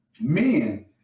Men